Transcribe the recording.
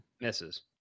Misses